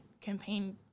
campaign